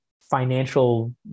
financial